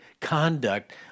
conduct